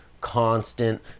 constant